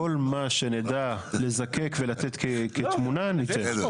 כל מה שנדע לזקק ולתת כתמונה, ניתן.